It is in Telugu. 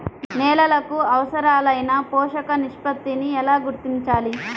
నేలలకు అవసరాలైన పోషక నిష్పత్తిని ఎలా గుర్తించాలి?